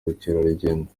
ubukerarugendo